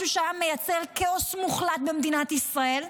משהו שהיה מייצר כאוס מוחלט במדינת ישראל.